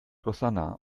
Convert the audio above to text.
rosanna